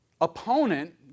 opponent